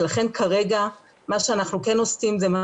ולכן כרגע מה שאנחנו כן עושים זה מה